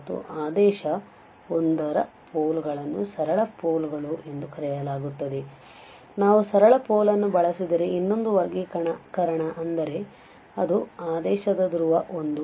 ಮತ್ತು ಆದೇಶ 1 ರ ಪೋಲ್ ಗಳನ್ನು ಸರಳ ಪೋಲ್ ಗಳು ಎಂದು ಕರೆಯಲಾಗುತ್ತದೆ ಆದ್ದರಿಂದ ನಾವು ಸರಳ ಪೋಲ್ ನ್ನು ಬಳಸಿದರೆ ಇನ್ನೊಂದು ವರ್ಗೀಕರಣ ಅಂದರೆ ಅದು ಆದೇಶದ ಧ್ರುವ 1